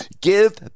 give